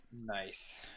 Nice